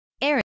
Aaron